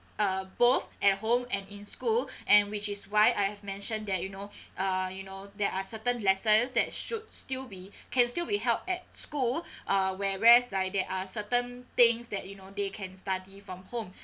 uh both at home and in school and which is why I have mentioned that you know uh you know there are certain lessons that should still be can still be held at school uh whereas like there are certain things that you know they can study from home